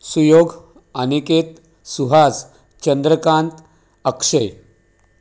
Suyog Aniket Suhas Chandrakant Akshay